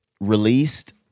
released